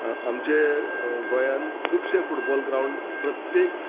आमचे गोंयान खुबशे फुटबॉल ग्रावंड प्रत्येक